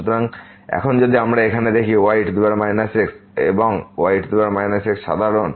সুতরাং এখন যদি আমরা এখানে দেখি ye x এবং ye x সাধারণ